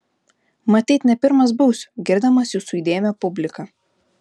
matyt ne pirmas būsiu girdamas jūsų įdėmią publiką